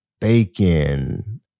bacon